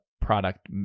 product